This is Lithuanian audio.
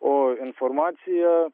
o informacija